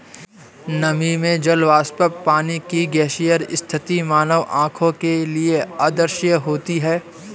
नमी में जल वाष्प पानी की गैसीय स्थिति मानव आंखों के लिए अदृश्य होती है